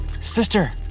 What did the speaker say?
Sister